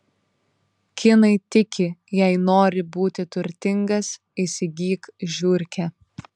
kinai tiki jei nori būti turtingas įsigyk žiurkę